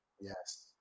Yes